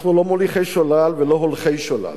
אנחנו לא מוליכי שולל ולא הולכי שולל,